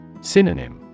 Synonym